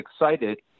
excited